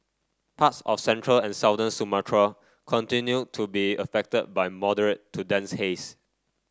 parts of central and southern Sumatra continue to be affected by moderate to dense haze